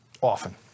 often